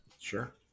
sure